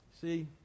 See